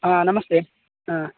ಹಾಂ ನಮಸ್ತೆ ಹಾಂ